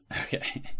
Okay